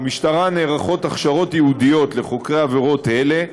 במשטרה נערכות הכשרות ייעודיות לחוקרי עבירות אלה,